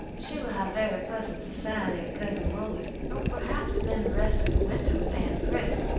she will have very pleasant society at cousin buller's, and will perhaps spend the rest of the winter with aunt pris,